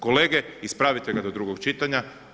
Kolege, ispravite ga do drugog čitanja.